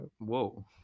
Whoa